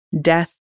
death